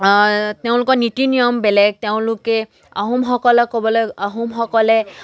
তেওঁলোকৰ নীতি নিয়ম বেলেগ তেওঁলোকে আহোমসকলক ক'বলৈ আহোমসকলে